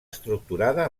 estructurada